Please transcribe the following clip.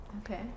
Okay